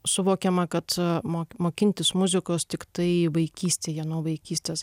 suvokiama kad mok mokintis muzikos tiktai vaikystėje nuo vaikystės